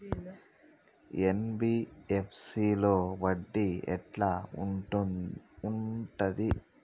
NBFC లో వడ్డీ ఎట్లా ఉంటది?